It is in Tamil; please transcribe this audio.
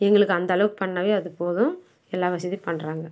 எங்களுக்கு அந்த அளவுக்கு பண்ணாலே அது போதும் எல்லா வசதியும் பண்ணுறாங்க